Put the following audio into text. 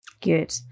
Good